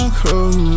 close